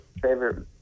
favorite